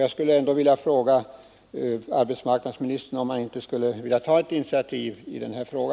Jag vill fråga arbetsmarknadsministern om han inte skulle vilja ta ett initiativ i denna fråga.